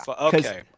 Okay